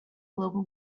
global